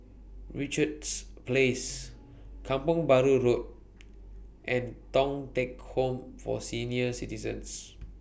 Richards Place Kampong Bahru Road and Thong Teck Home For Senior Citizens